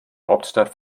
hauptstadt